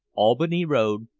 albany road,